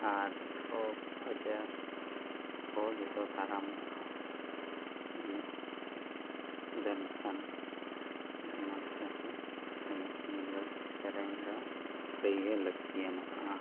ᱟᱨ ᱨᱳᱜᱽ ᱟᱡᱟᱨ ᱠᱚ ᱡᱚᱛᱚ ᱫᱟᱨᱟᱢᱚᱜᱼᱟ ᱮᱱᱮᱡ ᱥᱮᱨᱮᱧ ᱞᱮᱱᱠᱷᱟᱱ ᱚᱱᱟ ᱞᱮᱠᱟᱛᱮ ᱮᱱᱮᱡ ᱤᱧ ᱫᱚ ᱥᱮᱨᱮᱧ ᱫᱚ ᱟᱹᱰᱤ ᱜᱮ ᱞᱟᱹᱠᱛᱤᱭᱟᱜᱼᱟ